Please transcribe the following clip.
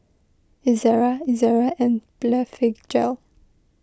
Ezerra Ezerra and Blephagel